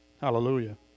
Hallelujah